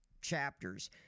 chapters